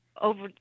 over